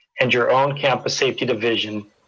and your own campus safety division,